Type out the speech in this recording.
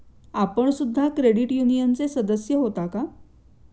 आपण सुद्धा क्रेडिट युनियनचे सदस्य होता का?